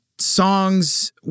songs